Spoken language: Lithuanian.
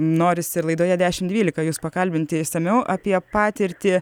norisi ir laidoje dešimt dvylika jus pakalbinti išsamiau apie patirtį